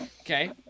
Okay